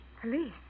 Police